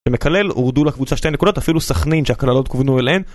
שמקלל, הורדו לקבוצה שתי נקודות, אפילו סכנין שהקללות כוונו אליהן